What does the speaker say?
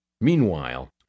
Meanwhile